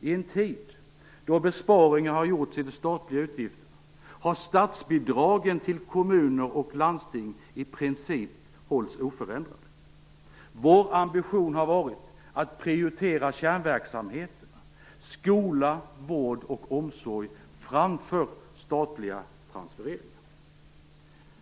I en tid då besparingar har gjorts i de statliga utgifterna har statsbidragen till kommuner och landsting i princip hållits oförändrade. Vår ambition har varit att prioritera kärnverksamheterna, skola, vård och omsorg, framför statliga transfereringar.